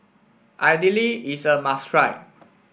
Idili is a must try